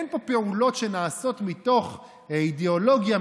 אין פה פעולות שנעשות מתוך אידיאולוגיה,